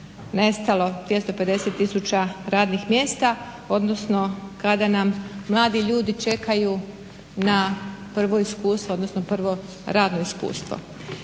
nestalo 250 tisuća radnih mjesta, odnosno kada nam mladi ljudi čekaju na prvo iskustvo, odnosno prvo radno iskustvo.